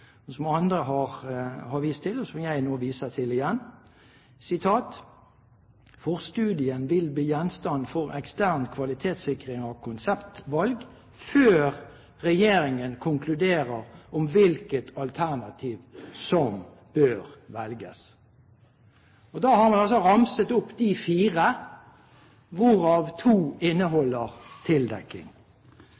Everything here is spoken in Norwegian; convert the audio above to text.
som andre har vist til, og som jeg nå viser til igjen: «Forstudien vil bli gjenstand for ekstern kvalitetssikring av konseptvalg , før regjeringen konkluderer om hvilket alternativ som bør velges.» Da har man altså ramset opp de fire alternativene, hvorav to